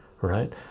right